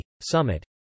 Summit